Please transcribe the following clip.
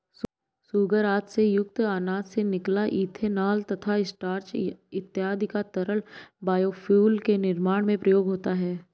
sugar आदि से युक्त अनाज से निकला इथेनॉल तथा स्टार्च इत्यादि का तरल बायोफ्यूल के निर्माण में प्रयोग होता है